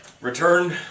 Return